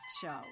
show